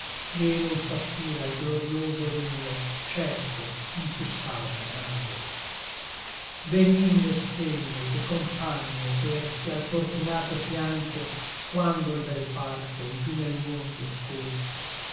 et non s'aspira al glorïoso regno certo in piú salda nave benigne stelle che compagne fersi al fortunato fianco quando l bel parto giú nel mondo scórse